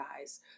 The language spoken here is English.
guys